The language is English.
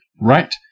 Right